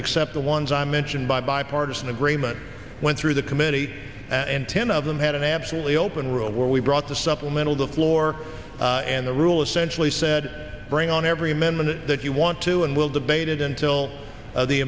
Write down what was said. except the ones i mentioned by bipartisan agreement went through the committee and ten of them had an absolutely open rule where we brought the supplemental to floor and the rule essentially said bring on every amendment that you want to and we'll debate it until